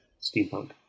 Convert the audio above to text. steampunk